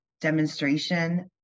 demonstration